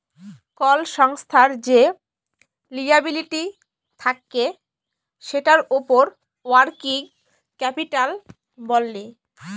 call সংস্থার যে liability থাক্যে সেটার উপর ওয়ার্কিং ক্যাপিটাল ব্যলে